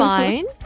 fine